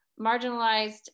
marginalized